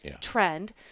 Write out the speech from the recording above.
trend